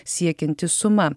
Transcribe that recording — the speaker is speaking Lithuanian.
siekianti suma